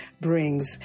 brings